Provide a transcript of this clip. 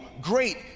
great